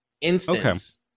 instance